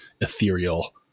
ethereal